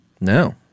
No